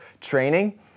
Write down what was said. training